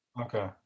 Okay